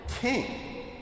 king